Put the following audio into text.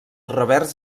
revers